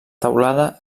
teulada